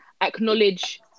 acknowledge